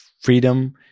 freedom